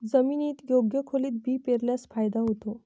जमिनीत योग्य खोलीत बी पेरल्यास फायदा होतो